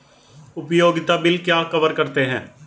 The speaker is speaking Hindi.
उपयोगिता बिल क्या कवर करते हैं?